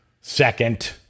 second